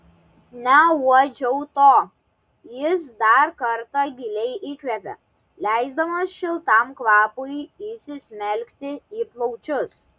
neuodžiau to jis dar kartą giliai įkvėpė leisdamas šiltam kvapui įsismelkti į plaučius